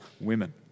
women